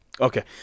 Okay